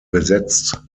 besetzt